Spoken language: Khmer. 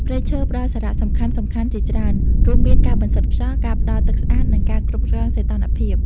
ព្រៃឈើផ្តល់សារៈសំខាន់ៗជាច្រើន រួមមានការបន្សុទ្ធខ្យល់ ការផ្តល់ទឹកស្អាត និងការគ្រប់គ្រងសីតុណ្ហភាព។